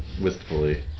wistfully